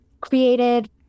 created